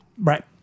Right